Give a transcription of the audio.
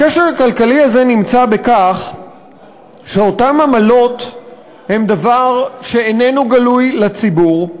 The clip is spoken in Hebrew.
הכשל הכלכלי הזה נמצא בכך שאותן עמלות הן דבר שאיננו גלוי לציבור,